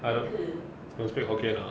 I don't don't speak hokkien uh